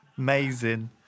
Amazing